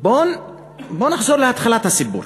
בואו נחזור להתחלת הסיפור.